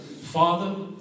Father